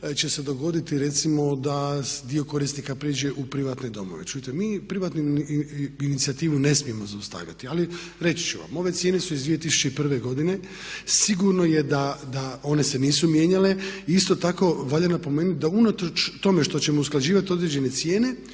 će se dogoditi recimo da dio korisnika prijeđe u privatne domove. Čujte, mi privatnu inicijativu ne smijemo zaustavljati ali reći ću vam ove cijene su iz 2001. godine, sigurno je da one se nisu mijenjale. Isto tako valja napomenuti da unatoč tome što ćemo usklađivati određene cijene